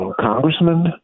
Congressman